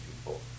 people